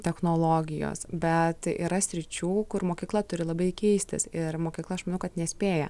technologijos bet yra sričių kur mokykla turi labai keistis ir mokykla aš manau kad nespėja